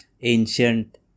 ancient